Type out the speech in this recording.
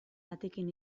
batekin